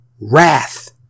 Wrath